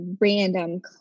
random